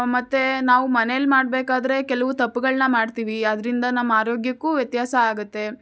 ಮತ್ತೆ ನಾವು ಮನೆಯಲ್ಲಿ ಮಾಡಬೇಕಾದ್ರೆ ಕೆಲವು ತಪ್ಪುಗಳನ್ನ ಮಾಡ್ತೀವಿ ಅದರಿಂದ ನಮ್ಮ ಆರೋಗ್ಯಕ್ಕೂ ವ್ಯತ್ಯಾಸ ಆಗುತ್ತೆ